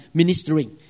ministering